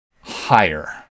higher